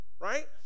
Right